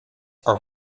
are